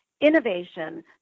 innovation